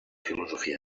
filosofia